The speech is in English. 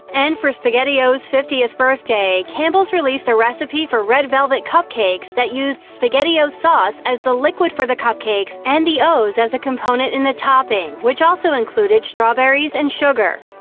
and for spaghettios' fiftieth birthday, campbell's released a recipe for red velvet cupcakes that used spaghettios sauce as the liquid for the cupcakes, and the os as a component in the topping, which also included strawberries and sugar.